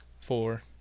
four